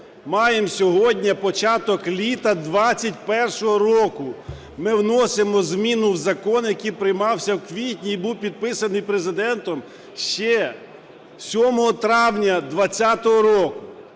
маємо сьогодні початок літа 2021 року, ми вносимо зміну в закон, який приймався у квітні і був підписаний Президентом ще 7 травня 2020 року?